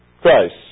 Christ